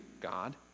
God